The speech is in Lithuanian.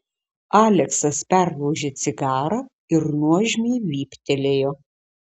aleksas perlaužė cigarą ir nuožmiai vyptelėjo